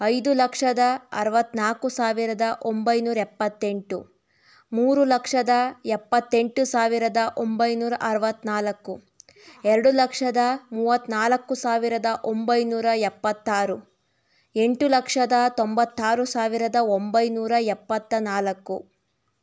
ಐದು ಲಕ್ಷದ ಅರುವತ್ನಾಲ್ಕು ಸಾವಿರದ ಒಂಬೈನೂರ ಎಪ್ಪತ್ತೆಂಟು ಮೂರು ಲಕ್ಷದ ಎಪ್ಪತ್ತೆಂಟು ಸಾವಿರದ ಒಂಬೈನೂರ ಅರುವತ್ನಾಲ್ಕು ಎರಡು ಲಕ್ಷದ ಮೂವತ್ನಾಲ್ಕು ಸಾವಿರದ ಒಂಬೈನೂರ ಎಪ್ಪತ್ತಾರು ಎಂಟು ಲಕ್ಷದ ತೊಂಬತ್ತಾರು ಸಾವಿರದ ಒಂಬೈನೂರ ಎಪ್ಪತ್ತ ನಾಲ್ಕು